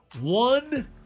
one